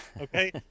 okay